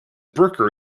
brooker